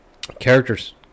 characters